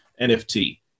NFT